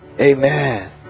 Amen